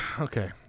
okay